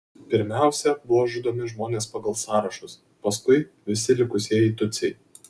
pirmiausia buvo žudomi žmonės pagal sąrašus paskui visi likusieji tutsiai